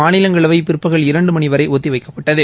மாநிலங்களவை பிற்பகல் இரண்டு மணி வரை ஒத்திவைக்கப்பட்டது